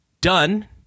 done